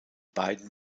beiden